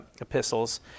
epistles